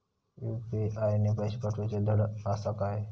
UPI ने पैशे पाठवूचे धड आसा काय?